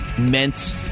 meant